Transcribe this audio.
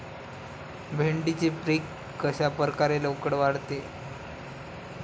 भेंडीचे पीक कशाप्रकारे लवकर वाढते?